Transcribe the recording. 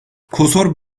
kosor